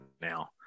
now